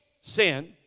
sin